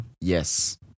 Yes